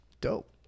Dope